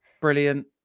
brilliant